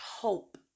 hope